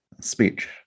speech